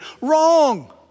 Wrong